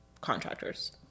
contractors